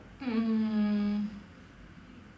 mm